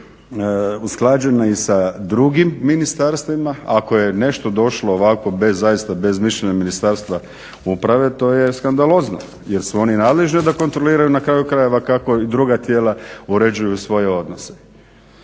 usklađene i sa drugim ministarstvima. Ako je nešto došlo ovako bez mišljenja Ministarstva uprave to je skandalozno jer su oni nadležni da kontroliraju na kraju krajeva kako druga tijela uređuju svoje odnose.